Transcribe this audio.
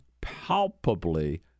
palpably